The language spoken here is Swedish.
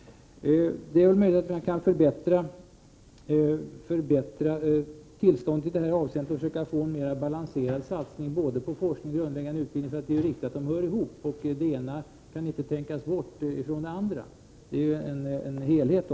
Det är möjligt att man kan förbättra tillståndet och få en mera balanserad satsning på både forskning och grundläggande utbildning — det är ju riktigt att de båda utbildningstyperna hör ihop. Den ena kan inte tänkas bort från den andra, utan de utgör en helhet.